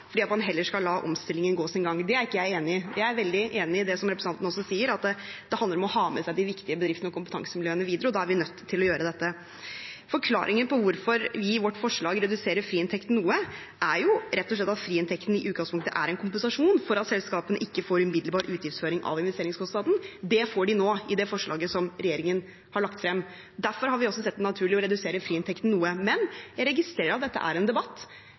fordi man heller skal la omstillingen gå sin gang. Det er ikke jeg enig i. Jeg er veldig enig i det som representanten også sier, at det handler om å ha med seg de viktige bedriftene og kompetansemiljøene videre, og da er vi nødt til å gjøre dette. Forklaringen på hvorfor vi i vårt forslag reduserer friinntekten noe, er rett og slett at friinntekten i utgangspunktet er en kompensasjon for at selskapene ikke får umiddelbar utgiftsføring av investeringskostnaden. Det får de nå i det forslaget som regjeringen har lagt frem. Derfor har vi også sett det naturlig å redusere friinntekten noe. Men jeg registrerer at dette er en debatt.